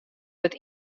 wurdt